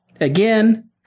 again